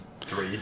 three